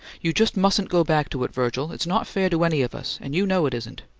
you just mustn't go back to it, virgil. it's not fair to any of us, and you know it isn't.